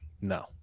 no